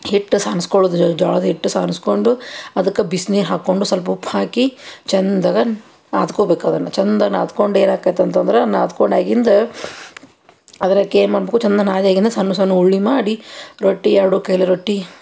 ಹಿಟ್ಟು ಸಾನ್ಸ್ಕೊಳೋದು ಜ್ವಾಳದ ಹಿಟ್ಟು ಸಾಣ್ಸ್ಕೊಂಡು ಅದಕ್ಕ ಬಿಸ್ನೀರು ಹಾಕಿಕೊಂಡು ಸಲ್ಪ ಉಪ್ಪು ಹಾಕಿ ಚಂದಾಗ ನಾದ್ಕೊಬೇಕು ಅದನ್ನು ಚಂದಗ ನಾದ್ಕೊಂಡು ಏನು ಆಕೈತೆ ಅಂತಂದ್ರೆ ನಾದ್ಕೊಂಡಾಗಿಂದು ಅದ್ರಾಕ್ ಏನು ಮಾಡಬೇಕು ಚಂದ ನಾದಿಯಾಗಿಂದ ಸಣ್ಣ ಸಣ್ಣ ಉಳ್ಳಿ ಮಾಡಿ ರೊಟ್ಟಿ ಎರಡೂ ಕೈಲೂ ರೊಟ್ಟಿ